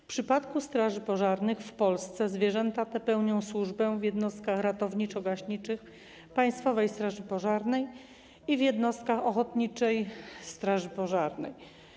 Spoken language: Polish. W przypadku straży pożarnych w Polsce zwierzęta te pełnią służbę w jednostkach ratowniczo-gaśniczych Państwowej Straży Pożarnej i w jednostkach ochotniczych straży pożarnych.